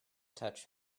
touch